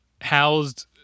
housed